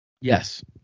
Yes